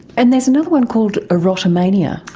and there's another one called erotomania.